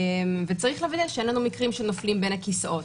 צריך להבין שהיו לנו מקרים שנפלו בין הכיסאות.